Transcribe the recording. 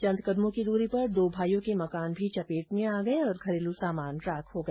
चंद कदमों की दूरी पर दो भाइयों के मकान भी चपेट में आ गए और घरेलू सामान राख हो गया